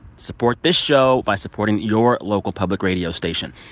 support this show by supporting your local public radio station.